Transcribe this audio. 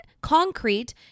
concrete